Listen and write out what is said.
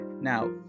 Now